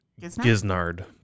Giznard